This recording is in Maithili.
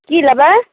की लेबै